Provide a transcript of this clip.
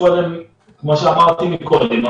כמו שאמרתי קודם,